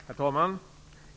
Herr talman!